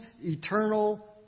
eternal